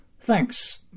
Thanks